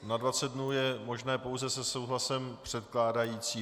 Na dvacet dnů je možné pouze se souhlasem předkládajícího.